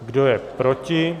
Kdo je proti?